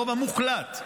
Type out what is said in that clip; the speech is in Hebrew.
הרוב המוחלט,